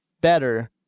better